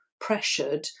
pressured